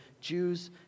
Jews